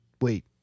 Wait